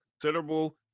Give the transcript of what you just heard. considerable